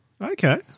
Okay